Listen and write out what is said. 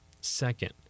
Second